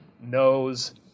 knows